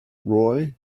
roy